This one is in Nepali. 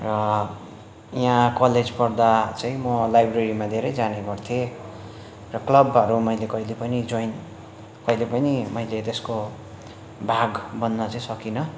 र यहाँ कलेज पढ्दा चाहिँ म लाइब्रेरीमा धेरै जाने गर्थेँ र क्लबहरू मैले कहिले पनि जोइन कहिले पनि मैले त्यसको भाग बन्न चाहिँ सकिनँ